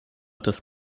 das